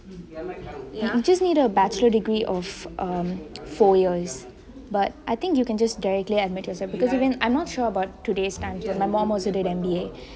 you just need a bachelor degree of four years but I think you can just directly admit yourself because again I'm not sure of today's standards my mum also did M_B_A